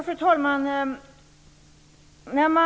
Fru talman!